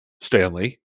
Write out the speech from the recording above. Stanley